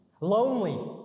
Lonely